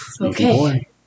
Okay